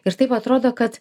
ir taip atrodo kad